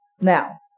now